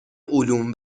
علوم